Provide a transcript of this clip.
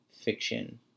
fiction